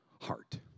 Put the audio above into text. heart